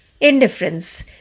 Indifference